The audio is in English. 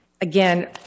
again